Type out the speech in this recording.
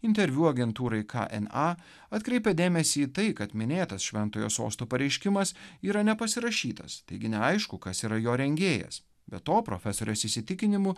interviu agentūrai k n a atkreipė dėmesį į tai kad minėtas šventojo sosto pareiškimas yra nepasirašytas taigi neaišku kas yra jo rengėjas be to profesorės įsitikinimu